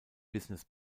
business